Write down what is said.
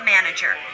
Manager